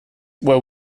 were